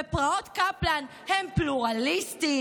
בפרעות קפלן הם פלורליסטים,